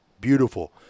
beautiful